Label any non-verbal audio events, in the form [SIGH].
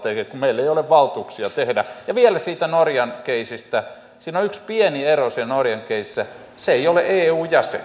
euroopassa kun meillä ei ole valtuuksia sitä tehdä ja vielä siitä norjan keissistä on yksi pieni ero norjan keississä se ei ole eu jäsen [UNINTELLIGIBLE]